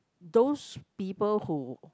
those people who